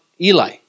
Eli